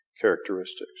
characteristics